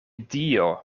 dio